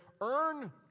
earn